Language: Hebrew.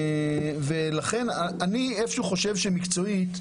אני חושב שמקצועית,